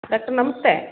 doctor ನಮಸ್ತೆ